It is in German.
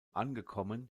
angekommen